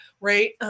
right